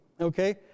okay